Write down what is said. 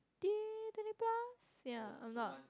twenty twenty plus yeah um not